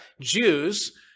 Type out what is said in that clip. Jews